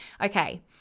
okay